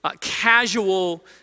casual